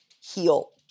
heal